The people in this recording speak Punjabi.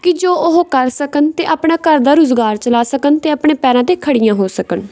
ਕਿ ਜੋ ਉਹ ਕਰ ਸਕਣ ਅਤੇ ਆਪਣਾ ਘਰ ਦਾ ਰੁਜ਼ਗਾਰ ਚਲਾ ਸਕਣ ਅਤੇ ਆਪਣੇ ਪੈਰਾਂ 'ਤੇ ਖੜ੍ਹੀਆਂ ਹੋ ਸਕਣ